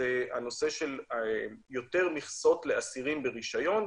הנושא של יותר מכסות לאסירים ברישיון.